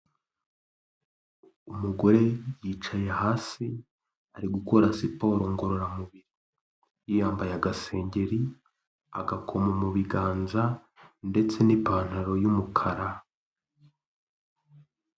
Umugore yicaye hasi ari gukora siporo ngororamubiri yambaye agaseri, agakoma mu biganza ndetse n'ipantaro y'umukara.